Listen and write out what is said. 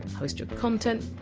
host your content,